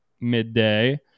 midday